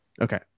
Okay